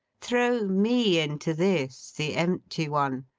throw me into this, the empty one,